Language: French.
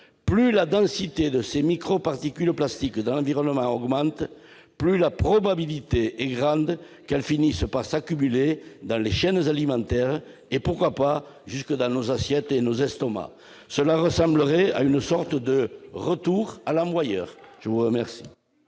plus la densité des microparticules plastiques dans l'environnement augmente, plus la probabilité est grande qu'elles finissent par s'accumuler dans les chaînes alimentaires et, pourquoi pas, jusque dans nos assiettes et nos estomacs. Cela ressemblerait à un retour à l'envoyeur. Très bien